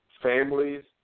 families